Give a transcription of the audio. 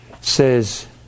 says